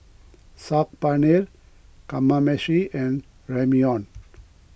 Saag Paneer Kamameshi and Ramyeon